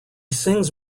sings